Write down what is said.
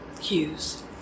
cues